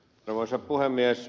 arvoisa puhemies